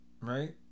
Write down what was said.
right